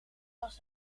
was